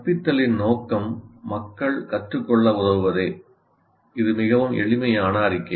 கற்பித்தலின் நோக்கம் மக்கள் கற்றுக்கொள்ள உதவுவதே இது மிகவும் எளிமையான அறிக்கை